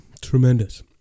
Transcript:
tremendous